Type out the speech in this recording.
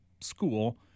school